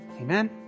Amen